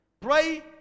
Pray